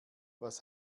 was